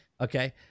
Okay